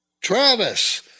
Travis